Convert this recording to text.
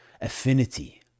affinity